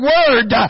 Word